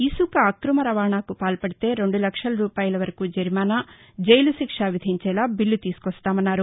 ఇసుక అక్రమ రవాణాకు పాల్పడితే రెండు లక్షల రూపాయల వరకు జరిమానా జైలు శిక్ష విధించేలా బిల్లు తీసుకొస్తామన్నారు